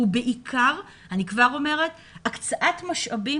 ובעיקר הקצאת משאבים.